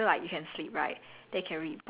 um area that's all like